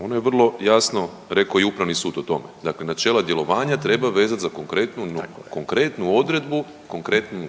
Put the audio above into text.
ono je vrlo jasno rekao i upravni sud o tome, dakle načela djelovanja treba vezat za konkretnu, konkretnu odredbu, konkretnu